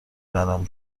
برام